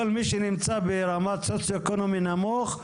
כל מי שנמצא ברמה סוציואקונומי נמוך,